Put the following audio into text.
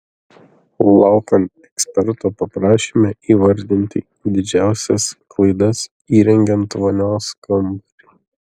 laufen eksperto paprašėme įvardinti didžiausias klaidas įrengiant vonios kambarį